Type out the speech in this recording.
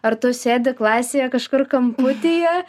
ar tu sėdi klasėje kažkur kamputyje